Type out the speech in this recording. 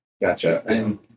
Gotcha